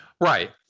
Right